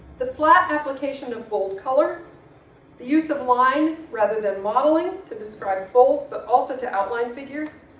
the flat application of bold color, the use of line rather than modeling, to describe folds but also to outline figures,